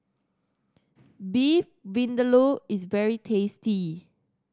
Beef Vindaloo is very tasty